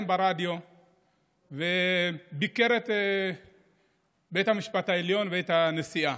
ברדיו וביקר את בית המשפט העליון ואת הנשיאה,